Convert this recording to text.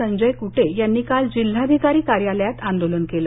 संजय क्टे यांनी काल जिल्हाधिकारी कार्यालयात आंदोलन केलं